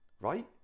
right